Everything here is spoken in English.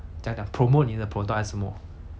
怎样讲 promote 你的 product 还是什么